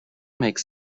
makes